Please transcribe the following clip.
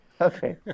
Okay